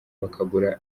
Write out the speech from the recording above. bakagura